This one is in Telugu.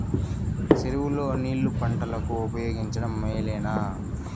చెరువు లో నీళ్లు పంటలకు ఉపయోగించడం మేలేనా?